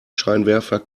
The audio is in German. scheinwerfer